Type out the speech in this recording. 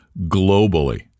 globally